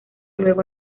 luego